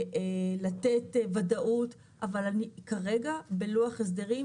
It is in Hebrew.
לתת וודאות אבל כרגע בלוח הסדרים,